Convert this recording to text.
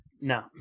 No